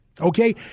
Okay